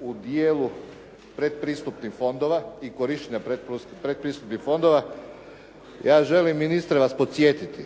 u dijelu predpristupnih fondova i korištenja predpristupnih fondova. Ja želim ministre vas podsjetiti